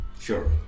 Sure